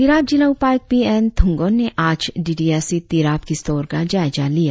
तिराप जिला उपायुक्त P N Thrangon ने आज D D S E Tirap के स्टोर का जायजा लिया